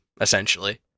essentially